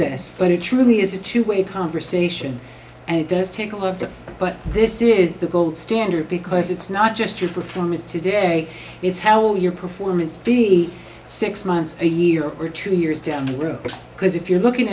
this but it truly is a two way conversation and it does take all of that but this is the gold standard because it's not just your performance today it's how well your performance be six months a year or two years down the road because if you're looking